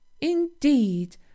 indeed